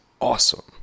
awesome